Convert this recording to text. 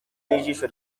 n’ijisho